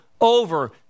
over